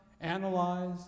analyze